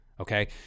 Okay